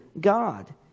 God